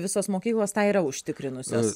visos mokyklos tą yra užtikrinusios